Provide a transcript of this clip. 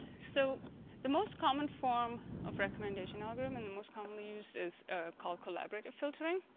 so the most common form of recommendation algorithm and the most commonly used is called collaborative filtering